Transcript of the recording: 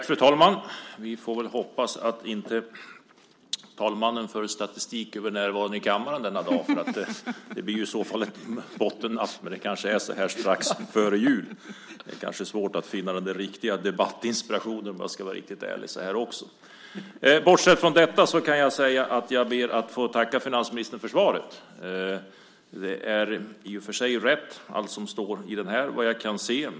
Fru talman! Vi får hoppas att talmannen inte för statistik över närvaron i kammaren denna dag. Det blir i så fall ett bottennapp. Men det kanske är så strax före jul. Det kanske är svårt att finna den där riktiga debattinspirationen, om jag ska vara riktigt ärlig. Bortsett från detta ber jag att få tacka finansministern för svaret. I och för sig är allt som står i det rätt, såvitt jag kan se.